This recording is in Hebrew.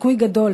סיכוי גדול,